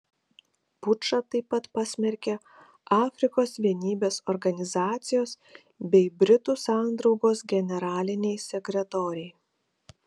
pučą taip pat pasmerkė afrikos vienybės organizacijos bei britų sandraugos generaliniai sekretoriai